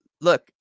Look